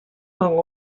con